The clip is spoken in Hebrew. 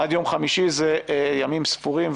עד יום חמישי זה ימים ספורים,